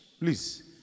Please